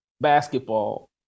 basketball